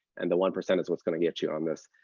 and the one percent is what's going to get you on this.